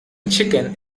chicken